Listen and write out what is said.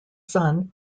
son